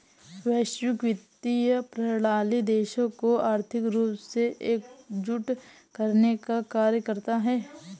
वैश्विक वित्तीय प्रणाली देशों को आर्थिक रूप से एकजुट करने का कार्य करता है